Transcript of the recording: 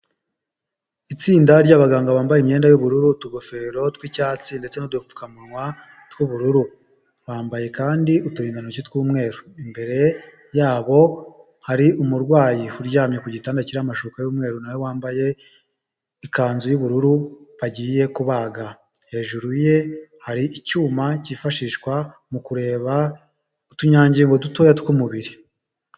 Itsinda ry'abaganga bambaye imyenda y'ubururu, utugofero tw'icyatsi, ndetse n'udupfukamunwa tw'ubururu, bambaye kandi uturindantoki tw'umweru, imbere yabo hari umurwayi, uryamye ku gitanda kiriho amashuka y'umweru, nawe wambaye ikanzu y'ubururu, bagiye kubaga, hejuru ye hari icyuma cyifashishwa mu kureba utunyangingo dutoya tw'umubiri.